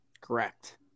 Correct